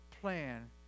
plan